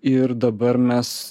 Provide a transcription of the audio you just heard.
ir dabar mes